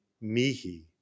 mihi